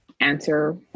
answer